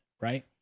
right